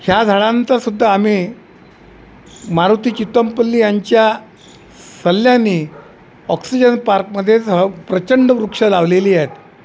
ह्या झाडांचा सुद्धा आम्ही मारुती चितमपल्ली यांच्या सल्ल्याने ऑक्सिजन पार्कमध्येच ह प्रचंड वृक्ष लावलेली आहेत